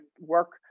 work